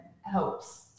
helps